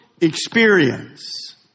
experience